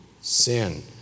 sin